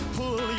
pull